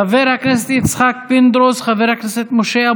חבר הכנסת מאיר פרוש,